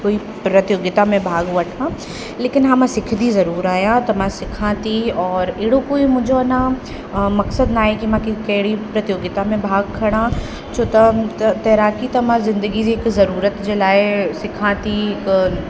कोई प्रतियोगिता में भाॻु वठां लेकिनि हा मां सिखंदी ज़रूरु आहियां त मां सिखां थी और अहिड़ो कोई मुंहिंजो अञा मक़सदु न आहे कि कहिड़ी प्रतियोगिता में भाॻु खणां छो त त तैराकी त मां ज़िंदगी जे हिकु ज़रूरत जे लाइ सिखां थी हिकु